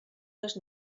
les